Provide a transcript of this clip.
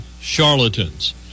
charlatans